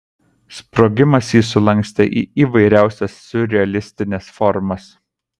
sprogimas jį sulankstė į įvairiausias siurrealistines formas